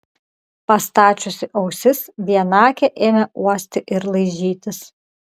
pastačiusi ausis vienakė ėmė uosti ir laižytis